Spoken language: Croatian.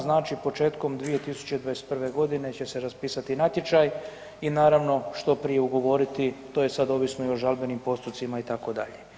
Znači početkom 2021.g. će se raspisati natječaj i naravno što prije ugovoriti, to je sad ovisno i o žalbenim postocima itd.